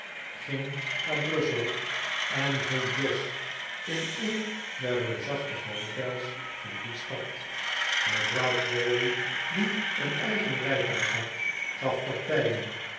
ging naar brussel en vond jos in een der reusachtige hotels van die stad mevrouw crawley die een eigen rijtuig had gaf partijen